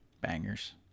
Bangers